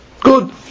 Good